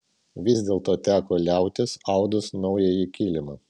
vis dėlto teko liautis audus naująjį kilimą